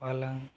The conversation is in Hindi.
पलग